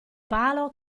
palo